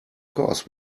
course